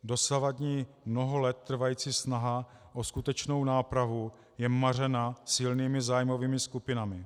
Dosavadní mnoho let trvající snaha o skutečnou nápravu je mařena silnými zájmovými skupinami.